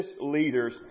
leaders